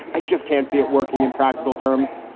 i just can't see it working in practical terms.